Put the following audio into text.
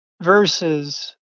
versus